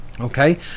Okay